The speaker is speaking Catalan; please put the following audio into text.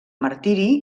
martiri